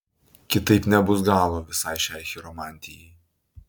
kitaip nebus galo visai šiai chiromantijai